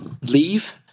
leave